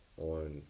on